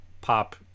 pop